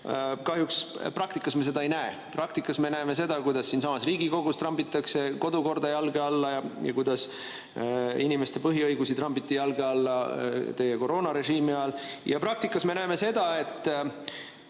Kahjuks praktikas me seda ei näe. Praktikas me näeme seda, kuidas siinsamas Riigikogus trambitakse kodukorda jalge alla ja kuidas inimeste põhiõigusi trambiti jalge alla teie koroonarežiimi ajal. Ja praktikas me näeme seda, et